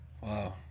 wow